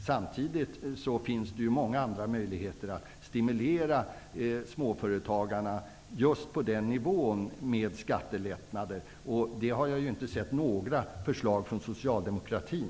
Samtidigt finns det många andra möjligheter just på den nivån att stimulera småföretagarna med skattelättnader, men jag har inte sett några förslag om det från socialdemokratin.